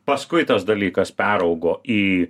paskui tas dalykas peraugo į